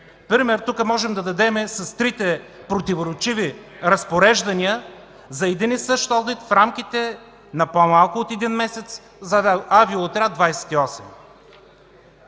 Пример тук можем да дадем с трите противоречиви разпореждания за един и същи одит в рамките на по-малко от един месец – за Авиоотряд 28.